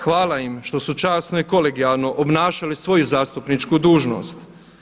Hvala im što su časno i kolegijalno obnašali svoju zastupničku dužnost.